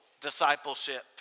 discipleship